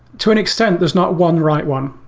to an extent, there's not one right one.